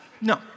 no